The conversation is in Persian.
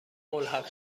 ملحق